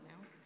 now